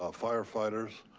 ah firefighters.